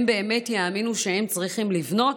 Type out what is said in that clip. באמת יאמינו שהם צריכים לבנות?